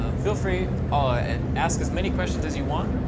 um feel free, ah and ask as many questions as you want.